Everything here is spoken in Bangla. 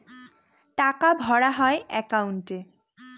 টাকা ভরা হয় একাউন্টে